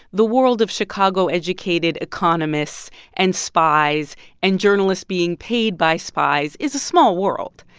the world of chicago-educated economists and spies and journalists being paid by spies is a small world.